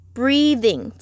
breathing